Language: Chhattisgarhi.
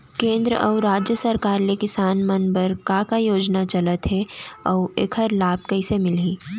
केंद्र अऊ राज्य सरकार ले किसान मन बर का का योजना चलत हे अऊ एखर लाभ कइसे मिलही?